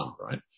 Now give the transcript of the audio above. right